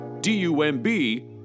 D-U-M-B